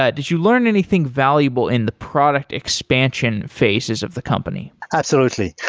ah did you learn anything valuable in the product expansion phases of the company? absolutely.